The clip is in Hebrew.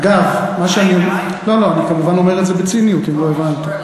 לא, אני כמובן אומר את זה בציניות, אם לא הבנת.